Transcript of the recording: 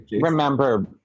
remember